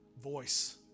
voice